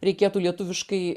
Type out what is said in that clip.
reikėtų lietuviškai